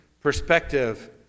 perspective